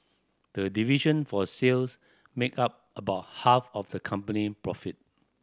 the division for sales makes up about half of the company profit